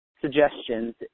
suggestions